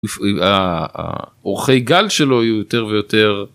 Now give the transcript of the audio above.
אורכי גל שלו היו יותר ויותר.